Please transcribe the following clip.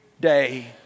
day